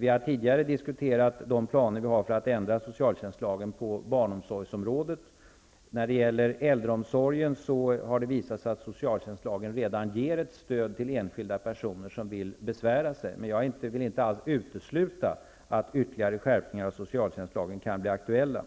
Vi har tidigare diskuterat de planer som finns på att ändra socialtjänstlagen när det gäller barnomsorgen. När det gäller äldreomsorgen har det visat sig att socialtjänstlagen redan ger ett stöd till enskilda personer som vill besvära sig. Men jag vill inte alls utesluta att ytterligare skärpningar av socialtjänstlagen kan bli aktuella.